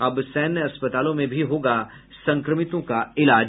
अब सैन्य अस्पतालों में भी होगा संक्रमितों का इलाज